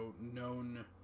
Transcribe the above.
known